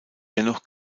dennoch